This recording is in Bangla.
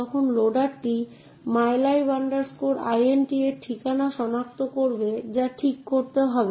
আমরা কমান্ডগুলিকে সংজ্ঞায়িত করতে পারি তাই এই কমান্ডটি সেই নির্দিষ্ট সিস্টেমের জন্য অ্যাক্সেস কন্ট্রোল নির্দিষ্ট করতে ব্যবহৃত হয়